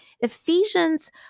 Ephesians